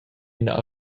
ina